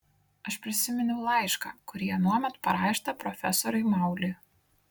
aš prisiminiau laišką kurį anuomet parašėte profesoriui mauliui